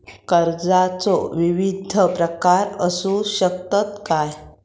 कर्जाचो विविध प्रकार असु शकतत काय?